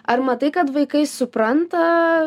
ar matai kad vaikai supranta